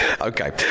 Okay